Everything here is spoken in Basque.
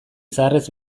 zaharrez